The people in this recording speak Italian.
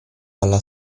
alla